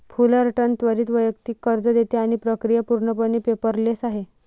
Fullerton त्वरित वैयक्तिक कर्ज देते आणि प्रक्रिया पूर्णपणे पेपरलेस आहे